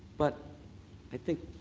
but i think,